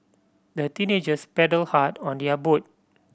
the teenagers paddled hard on their boat